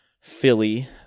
Philly